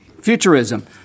Futurism